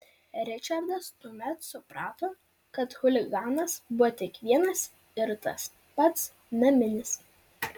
ričardas tuomet suprato kad chuliganas buvo tik vienas ir tas pats naminis